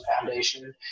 Foundation